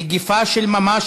מגפה של ממש,